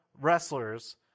wrestlers